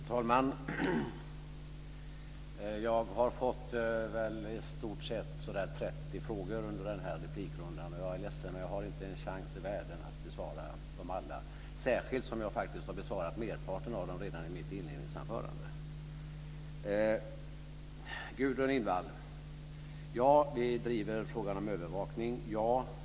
Fru talman! Jag har fått i stort sett 30 frågor under denna replikrunda. Jag är ledsen, men jag har inte en chans i världen att besvara dem alla, särskilt som jag har besvarat merparten av dem redan i mitt inledningsanförande. Till Gudrun Lindvall vill jag säga att vi driver frågan om övervakning.